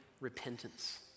repentance